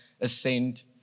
ascend